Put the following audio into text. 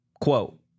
quote